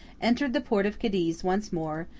entered the port of cadiz once more,